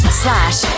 slash